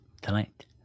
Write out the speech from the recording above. tonight